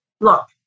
look